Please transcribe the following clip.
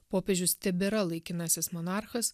popiežius tebėra laikinasis monarchas